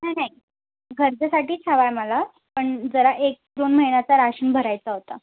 नाही नाही घरच्यासाठीच हवा आहे मला पण जरा एक दोन महिन्याचा राशन भरायचा होता